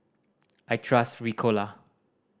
I trust Ricola